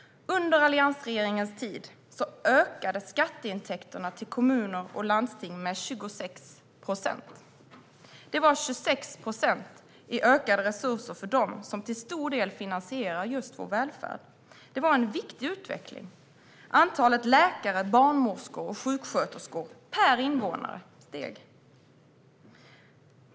Under alliansregeringens tid ökade skatteintäkterna till kommuner och landsting med 26 procent. Det var 26 procent i ökade resurser för dem som till stor del finansierar just vår välfärd. Det var en viktig utveckling. Antalet läkare, barnmorskor och sjuksköterskor per invånare steg.